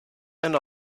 and